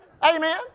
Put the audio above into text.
Amen